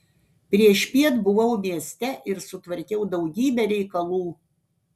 priešpiet buvau mieste ir sutvarkiau daugybę reikalų